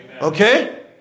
Okay